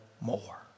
more